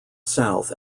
south